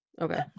Okay